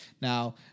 Now